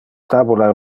tabula